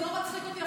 זה לא מצחיק אותי,